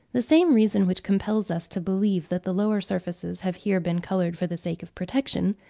the same reason which compels us to believe that the lower surfaces have here been coloured for the sake of protection,